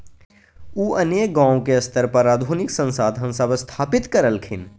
उ अनेक गांव के स्तर पर आधुनिक संसाधन सब स्थापित करलखिन